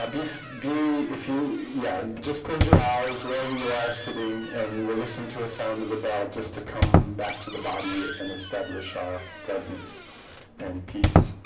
um if b if you yeah just close your eyes whether you are sitting and listen to a sound of the bell just to come back to the body and establish our presence and peace